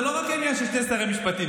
זה לא רק העניין של שני שרי משפטים,